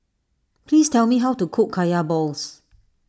please tell me how to cook Kaya Balls